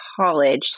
college